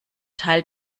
teil